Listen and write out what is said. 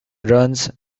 runs